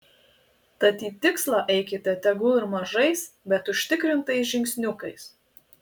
tad į tikslą eikite tegul ir mažais bet užtikrintais žingsniukais